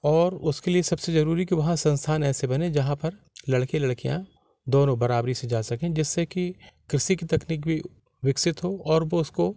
और उसके लिए सबसे ज़रूरी कि वहाँ संस्थान ऐसे बनें जहाँ पर लड़के लड़कियाँ दोनों बराबरी से जा सकें जिससे कि कृषि की तकनीक भी विकसित हो और वह उसको